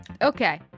Okay